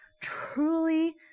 truly